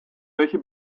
welche